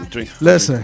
Listen